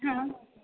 हा